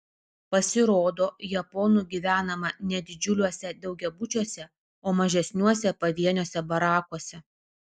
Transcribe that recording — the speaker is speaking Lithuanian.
pasirodo japonų gyvenama ne didžiuliuose daugiabučiuose o mažesniuose pavieniuose barakuose